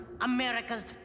America's